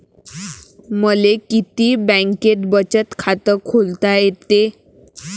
मले किती बँकेत बचत खात खोलता येते?